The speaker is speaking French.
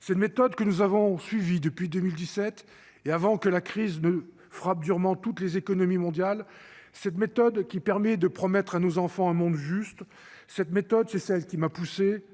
une méthode que nous avons suivi depuis 2017 et avant que la crise ne frappe durement toutes les économies mondiales, cette méthode qui permet de promettre à nos enfants un monde juste, cette méthode, c'est celle qui m'a poussé